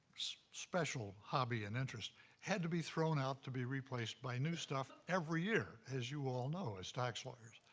special hobby and interest had to be thrown out to be replaced by new stuff every year, as you all know, as tax lawyers.